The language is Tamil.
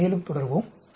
நாம் மேலும் தொடருவோம்